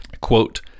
quote